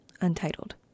Untitled